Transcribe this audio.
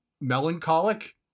melancholic